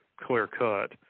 clear-cut